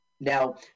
Now